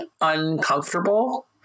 uncomfortable